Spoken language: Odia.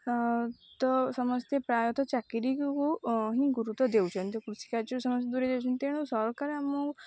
ତ ସମସ୍ତେ ପ୍ରାୟତଃ ଚାକିରୀକୁ ହିଁ ଗୁରୁତ୍ୱ ଦେଉଛନ୍ତି କୃଷି କାର୍ଯ୍ୟରୁ ସମସ୍ତେ ଦୂରେଇ ଯାଉଛନ୍ତି ତେଣୁ ସରକାର ଆମ